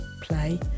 play